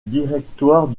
directoire